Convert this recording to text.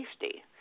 safety